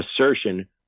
assertion